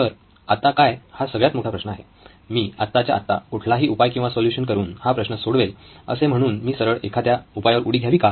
तर 'आता काय' हा सगळ्यात मोठा प्रश्न आहे मी आत्ताच्या आत्ता कुठलाही उपाय किंवा सोल्युशन करून हा प्रश्न सोडवेल असे म्हणून मी सरळ एखाद्या उपायावर उडी घ्यावी का